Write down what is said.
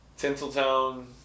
Tinseltown